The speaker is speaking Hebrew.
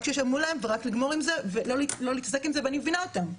רק שישלמו ולא להתעסק עם זה ואני מבינה אותן.